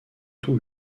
tout